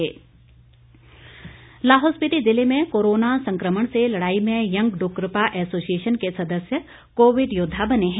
Covid योद्वा लाहौल स्पिति जिले में कोरोना संक्रमण से लड़ाई में यंग ड्रूकपा ऐसोसिएशन के सदस्य कोविड योद्वा बने हैं